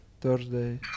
Thursday